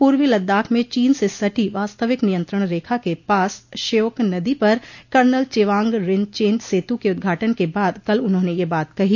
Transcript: पूर्वी लद्दाख में चीन से सटी वास्तविक नियंत्रण रेखा के पास श्योक नदी पर कर्नल चेवांग रिनचेन सेतु के उद्घाटन के बाद कल उन्होंने यह बात कही